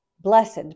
Blessed